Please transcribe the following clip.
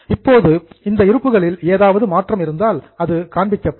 இப்போது அந்த இருப்புகளில் ஏதாவது மாற்றம் இருந்தால் அது காண்பிக்கப்படும்